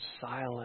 silent